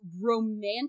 romantic